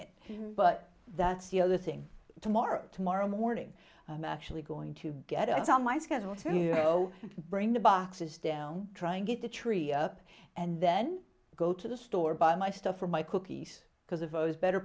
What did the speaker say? it but that's the other thing tomorrow tomorrow morning i'm actually going to get on my schedule to you know bring the boxes down try and get the tree up and then go to the store buy my stuff for my cookies because of those better